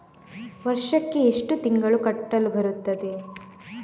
ವರ್ಷಕ್ಕೆ ಎಷ್ಟು ತಿಂಗಳು ಕಟ್ಟಲು ಬರುತ್ತದೆ?